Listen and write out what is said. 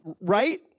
right